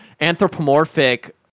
Anthropomorphic